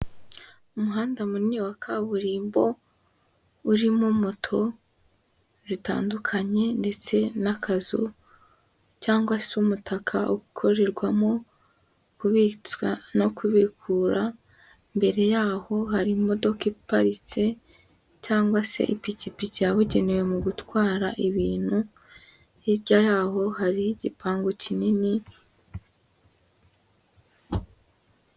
Umuhanda munini wa kaburimbo urimo moto zitandukanye ndetse n'akazu cyangwa se umutaka ukorerwamo kubika no kubikura, imbere y'aho hari imodoka iparitse cyangwa se ipikipiki yabugenewe mu gutwara ibintu, hirya y'aho hari igipangu kinini.